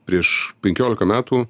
prieš penkiolika metų